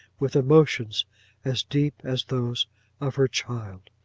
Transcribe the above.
with emotions as deep as those of her child.